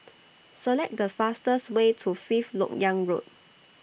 Select The fastest Way to Fifth Lok Yang Road